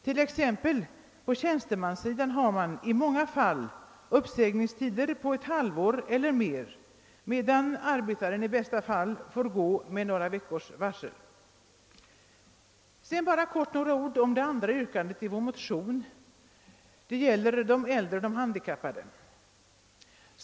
På tjänstemannasidan exempelvis har man i många fall uppsägningstider på ett halvår eller mer, medan arbetaren i bästa fall får gå med några veckors varsel. Till sist i korthet några ord om det andra yrkandet i vår motion, som gäller de äldre och de handikappade.